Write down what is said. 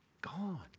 Gone